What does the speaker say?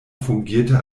fungierte